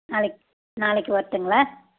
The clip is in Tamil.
நாளை நாளைக்கு வரட்டுங்களா